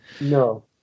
no